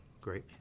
great